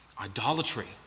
Idolatry